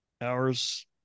hours